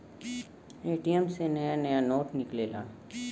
ATM से नया नया नोट निकलेला